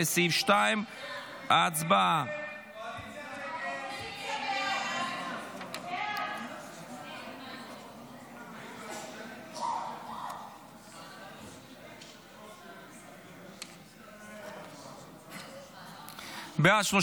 לסעיף 2. הצבעה.